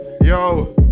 Yo